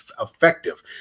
effective